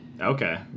Okay